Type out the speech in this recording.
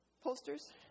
posters